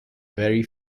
very